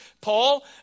Paul